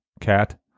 cat